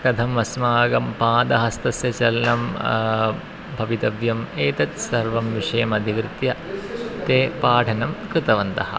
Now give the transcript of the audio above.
कथम् अस्माकं पादहस्तस्य चलनं भवितव्यम् एतत् सर्वं विषयम् अधिकृत्य ते पाठनं कृतवन्तः